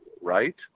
right